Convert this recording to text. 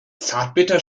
zartbitter